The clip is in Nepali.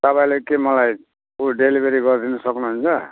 तपाईँले के मलाई उ डेलिभरी गरिदिन सक्नुहुन्छ